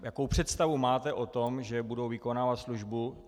Jakou představu máte o tom, že budou vykonávat službu?